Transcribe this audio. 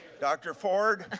dr. ford.